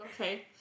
Okay